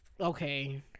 Okay